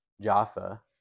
Jaffa